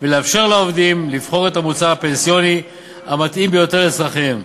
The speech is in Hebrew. ולאפשר לעובדים לבחור את המוצר הפנסיוני המתאים ביותר לצורכיהם.